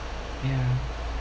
yeah